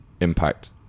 impact